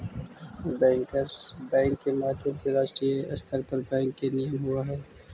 bankers bank के माध्यम से राष्ट्रीय स्तर पर बैंक के नियमन होवऽ हइ